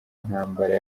ntambara